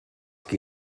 qui